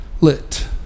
lit